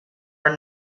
are